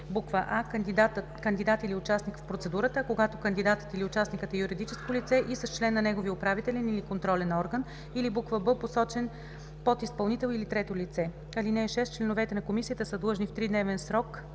с: а) кандидат или участник в процедурата, а когато кандидатът или участникът е юридическо лице – и с член на неговия управителен или контролен орган, или б) посочен подизпълнител или трето лице. (6) Членовете на комисията са длъжни в тридневен срок